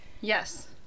Yes